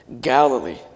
Galilee